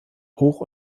hoch